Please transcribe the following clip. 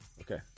okay